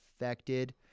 affected